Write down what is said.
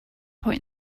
point